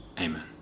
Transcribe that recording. Amen